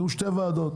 יהיו שתי הוועדות,